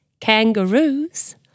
kangaroos